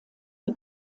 die